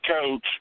coach